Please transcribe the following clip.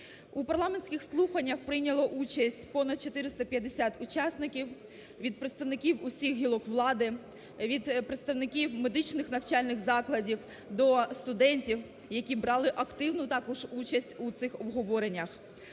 У парламентських слуханнях прийняло участь понад 450 учасників від представників усіх гілок влади, від представників медичних навчальних закладів до студентів, які брали активну також участь у цих обговореннях.